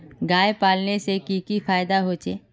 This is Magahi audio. गाय पालने से की की फायदा होचे?